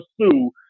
Sue